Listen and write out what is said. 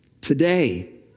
Today